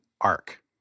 arc